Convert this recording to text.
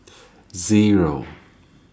Zero